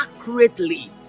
accurately